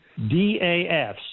DAFs